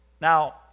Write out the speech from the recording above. Now